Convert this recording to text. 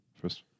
first